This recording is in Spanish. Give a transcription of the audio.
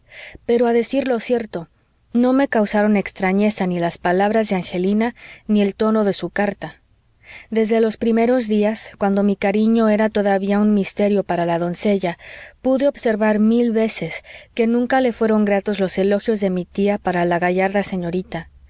pero a decir lo cierto no me causaron extrañeza ni las palabras de angelina ni el tono de su carta desde los primeros días cuando mi cariño era todavía un misterio para la doncella pude observar mil veces que nunca le fueron gratos los elogios de mi tía para la gallarda señorita